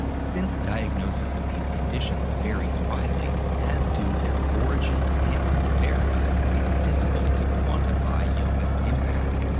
since diagnosis of these conditions varies widely as do their origin and severity, it's difficult to quantify yoga's impact.